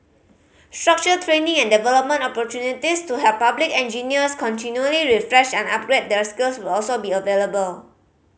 structured training and development opportunities to help public engineers continually refresh and upgrade their skills will also be available